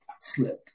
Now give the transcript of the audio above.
slipped